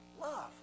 Love